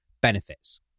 benefits